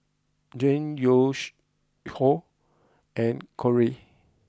Jeane Yoshio and Corrie